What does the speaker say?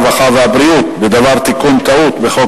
הרווחה והבריאות בדבר תיקון טעות בחוק